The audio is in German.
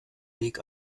weg